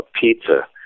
pizza